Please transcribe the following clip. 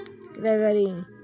Gregory